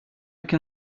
can